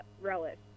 relish